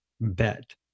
bet